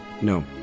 No